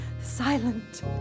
silent